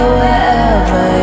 wherever